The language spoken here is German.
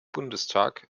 bundestag